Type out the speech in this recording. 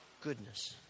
goodness